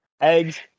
eggs